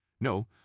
No